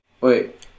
Wait